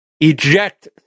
eject